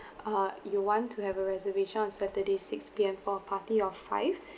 uh you want to have a reservation on saturday six P_M for a party of five